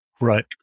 Right